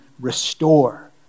restore